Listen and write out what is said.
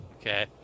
Okay